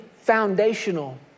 foundational